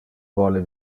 vole